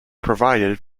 provided